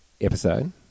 episode